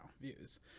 views